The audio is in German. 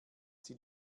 sie